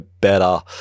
better